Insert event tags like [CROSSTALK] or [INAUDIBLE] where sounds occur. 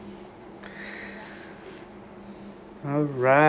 [BREATH] alright